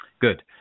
Good